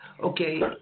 Okay